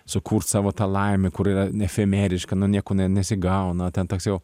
sukurt savo tą laimę kur yra neefemeriška nu nieko nesigauna ten toks jau